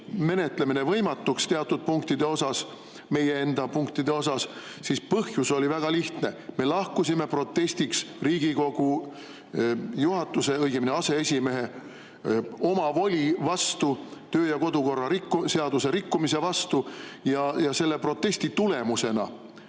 nädalal muutus teatud punktide, meie enda punktide menetlemine võimatuks, siis põhjus oli väga lihtne. Me lahkusime protestiks Riigikogu juhatuse, õigemini aseesimehe omavoli vastu, töö- ja kodukorra seaduse rikkumise vastu, selle protesti tulemusena.